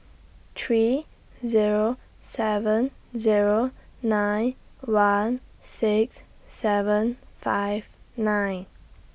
three Zero seven Zero nine one six seven five nine